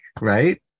Right